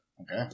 Okay